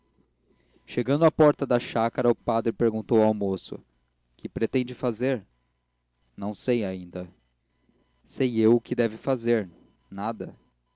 chegando à porta da chácara o padre perguntou ao moço que pretende fazer não sei ainda sei eu o que deve fazer nada